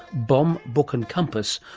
bomb, book and compass,